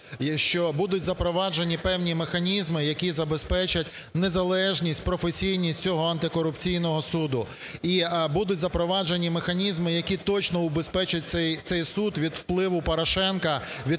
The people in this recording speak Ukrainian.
що будуть запроваджені певні механізми, які забезпечать незалежність, професійність цього антикорупційного суду. І будуть запроваджені механізми, які точно убезпечать цей суд від впливу Порошенка, від